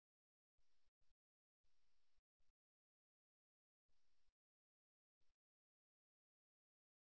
நாங்கள் எண்ணம் கொண்டவர்கள் ஆகவே அவர்களுடன் ஹேங்கவுட் செய்வது பாதுகாப்பானது என்பதைக் காட்ட நாங்கள் மக்களை பிரதிபலிக்கிறோம்